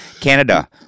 Canada